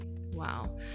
Wow